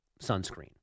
sunscreen